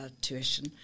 tuition